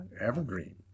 evergreen